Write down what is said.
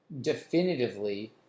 definitively